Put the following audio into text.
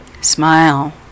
Smile